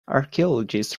archaeologists